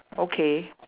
okay